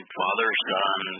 father-son